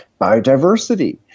biodiversity